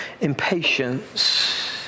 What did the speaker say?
impatience